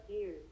years